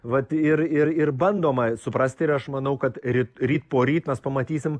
vat ir ir ir bandoma suprasti ir aš manau kad ryt ryt poryt mes pamatysim